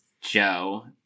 Joe